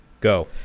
go